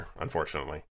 unfortunately